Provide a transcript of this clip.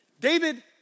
David